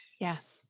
Yes